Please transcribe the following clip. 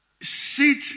sit